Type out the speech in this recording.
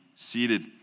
seated